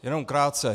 Jenom krátce.